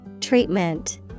Treatment